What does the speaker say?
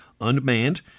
Unmanned